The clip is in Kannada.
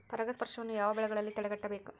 ಪರಾಗಸ್ಪರ್ಶವನ್ನು ಯಾವ ಬೆಳೆಗಳಲ್ಲಿ ತಡೆಗಟ್ಟಬೇಕು?